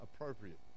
appropriate